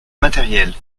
matériels